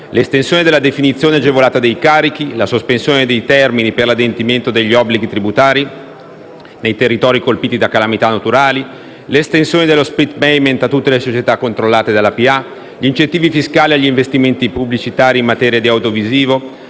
l'estensione della definizione agevolata dei carichi; la sospensione dei termini per l'adempimento degli obblighi tributari nei territori colpiti da calamità naturali; l'estensione dello *split payment* a tutte le società controllate dalla pubblica amministrazione; gli incentivi fiscali agli investimenti pubblicitari e in materia di audiovisivo;